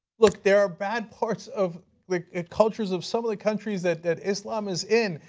like there are bad parts of cultures of some of the countries that that islam is in.